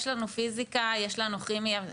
יש לנו פיזיקה, יש לנו כימיה.